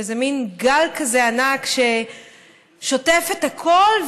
וזה מין גל כזה ענק ששוטף את הכול,